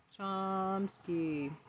Chomsky